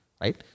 right